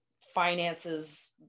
finances